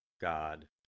God